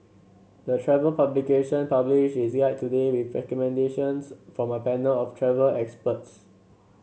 the travel publication published is there today with recommendations from a panel of travel experts